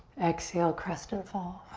exhale, crest and fall.